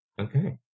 Okay